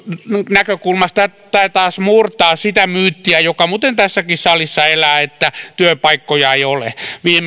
näkökulmasta tämä taas murtaa sitä myyttiä joka muuten tässäkin salissa elää että työpaikkoja ei ole viimeksi